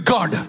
God